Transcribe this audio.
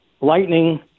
lightning